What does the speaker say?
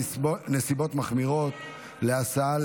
נסיבות מחמירות להסעה,